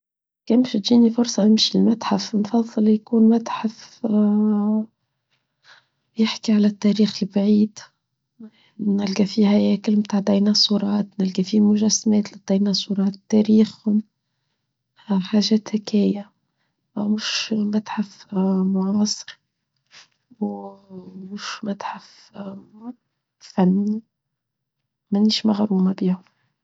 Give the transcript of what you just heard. كانت تجيني فرصة أمشي لمتحف أفضل يكون متحف يحكي على التاريخ البعيد نلقى فيه هياكل من الديناصورات نلقى فيه مجسمات للديناصورات تاريخهم حاجة تكاية متحف معاصر ومش متحف فني منش مغرومة بيهم.